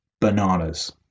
bananas